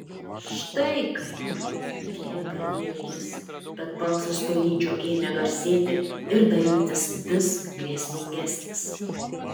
štai kaip tyliai pradėjo jis bet balsas tolydžio ėmė garsėti ir darytis vis grėsmingesnis